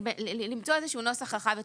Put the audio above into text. למצוא נוסח רחב יותר.